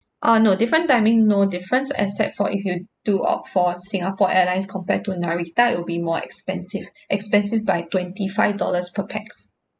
uh no different timing no difference except for if you do opt for singapore airlines compared to narita it will be more expensive expensive by twenty five dollars per pax